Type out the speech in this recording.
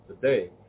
today